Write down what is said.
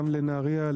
גם לנהריה,